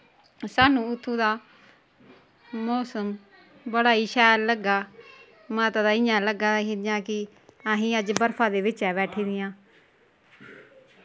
साह्नू उत्थूं दा मौसम बड़ा ही शैल लग्गा माता दै इ'यां लग्गा दा ही जियां कि असीं अज बर्फा दे बिच्च ऐ बैठी दियां